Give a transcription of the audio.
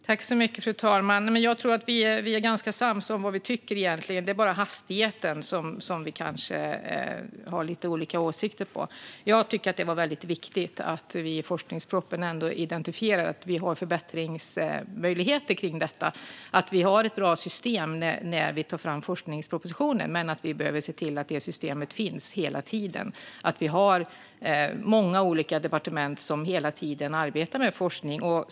Fru talman! Jag tror att vi egentligen är ganska sams om vad vi tycker. Det är bara hastigheten som vi kanske har lite olika åsikter om. Jag tycker att det var viktigt att vi i forskningspropositionen identifierade att vi har förbättringsmöjligheter i detta - att vi har ett bra system när vi tar fram forskningspropositionen men att vi behöver se till att det systemet finns hela tiden så att vi har många olika departement som hela tiden arbetar med forskning.